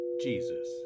Jesus